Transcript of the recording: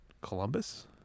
Columbus